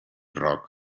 rock